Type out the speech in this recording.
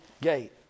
gate